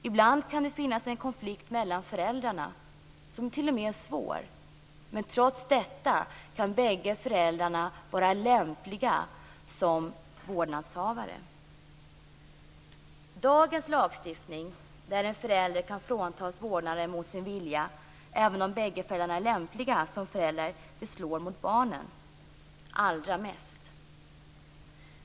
Ibland kan det finnas en konflikt, som t.o.m. är svår, mellan föräldrarna, men trots detta kan bägge föräldrarna vara lämpliga som vårdnadshavare. Dagens lagstiftning, där en förälder kan fråntas vårdnaden mot sin vilja, även om bägge föräldrarna är lämpliga som föräldrar, slår mot barnen allra mest.